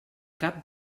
cap